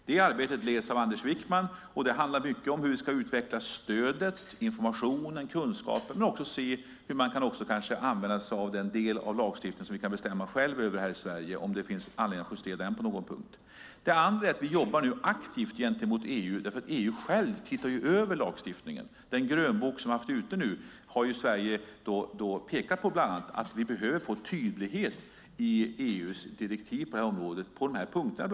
Det arbetet leds av Anders Wijkman, och det handlar mycket om hur vi ska utveckla stödet, informationen kunskapen om och hur vi kan använda den del av lagstiftningen som vi bestämmer själva över i Sverige om det finns anledning att justera den på någon punkt. Vi jobbar nu aktivt gentemot EU. EU tittar över lagstiftningen. Apropå grönboken har Sverige pekat på att vi behöver få tydlighet i EU:s direktiv på området på bland dessa punkter.